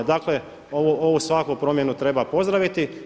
Dakle ovu svakako promjenu treba pozdraviti.